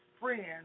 friends